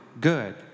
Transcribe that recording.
good